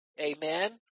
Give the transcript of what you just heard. Amen